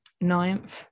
ninth